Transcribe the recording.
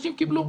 אנשים קיבלו